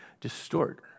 distort